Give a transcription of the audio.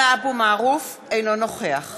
(קוראת בשמות